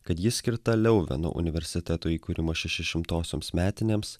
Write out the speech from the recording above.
kad ji skirta leuveno universiteto įkūrimo šešišimtosioms metinėms